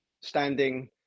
standing